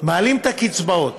מעלים את הקצבאות,